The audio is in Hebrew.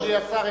אדוני השר,